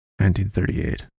1938